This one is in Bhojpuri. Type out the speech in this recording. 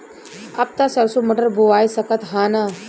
अब त सरसो मटर बोआय सकत ह न?